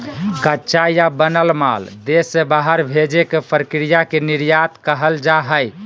कच्चा या बनल माल देश से बाहर भेजे के प्रक्रिया के निर्यात कहल जा हय